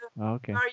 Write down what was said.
Okay